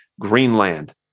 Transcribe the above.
Greenland